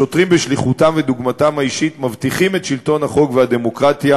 השוטרים בשליחותם ובדוגמתם האישית מבטיחים את שלטון החוק והדמוקרטיה,